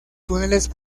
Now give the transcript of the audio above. túneles